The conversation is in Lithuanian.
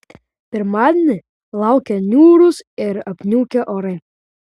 pirmadienį laukia niūrūs ir apniukę orai